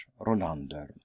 Rolander